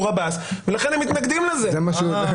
ואולי אם היינו מכניסים 72 שעות,